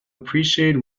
appreciate